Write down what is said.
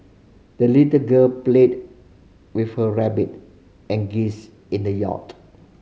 the little girl played with her rabbit and geese in the yard